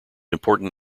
important